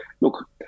look